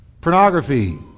Pornography